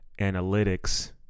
analytics